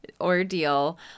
ordeal